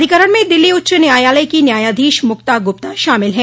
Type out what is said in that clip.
अधिकरण में दिल्ली उच्च् न्यायालय की न्यायाधीश मुक्ता गुप्ता शामिल हैं